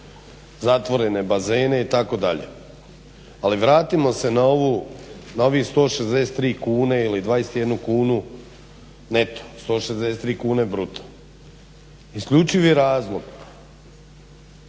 zatvorene bazene itd. Ali vratimo se na ovu, na ovih 163 kune ili 21 kunu neto, 163 kune bruto. Isključiv je razlog